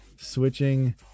switching